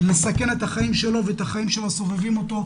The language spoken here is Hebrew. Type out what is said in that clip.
לסכן את החיים שלו ואת החיים של הסובבים אותו,